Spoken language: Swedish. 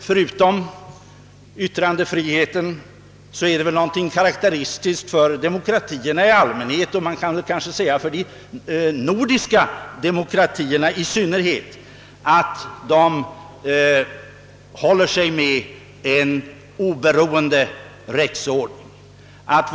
Förutom yttrandefriheten är det väl karakteristiskt för demokratierna i allmänhet — och man kan kanske säga för de nordiska demokratierna i synnerhet — att de håller sig med en oberoende rättsordning.